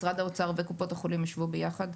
משרד האוצר וקופות החולים יישבו ביחד,